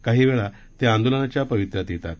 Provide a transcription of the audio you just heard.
काही वेळा ते आंदोलनाच्या पवित्र्यात येतात